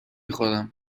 خورم